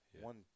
One